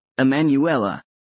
Emanuela